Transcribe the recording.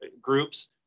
groups